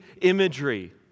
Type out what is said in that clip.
imagery